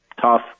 tough